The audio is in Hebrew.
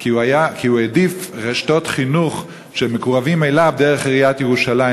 כי הוא העדיף רשתות חינוך שמקורבות אליו דרך עיריית ירושלים.